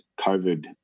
COVID